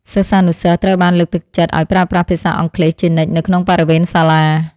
សិស្សានុសិស្សត្រូវបានលើកទឹកចិត្តឱ្យប្រើប្រាស់ភាសាអង់គ្លេសជានិច្ចនៅក្នុងបរិវេណសាលា។